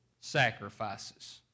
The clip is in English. sacrifices